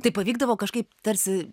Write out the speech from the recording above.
tai pavykdavo kažkaip tarsi